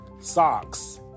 Socks